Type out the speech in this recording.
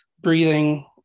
breathing